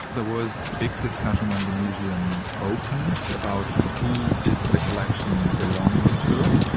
there was big discussion when the museum opened about who is the collection belonging to.